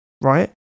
right